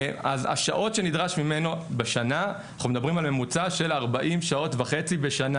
השעות בממוצע שנדרשות ממנו בשנה הם 40.5 שעות בשנה.